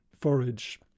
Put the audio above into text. forage